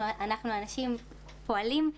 אנחנו אנשים פועלים.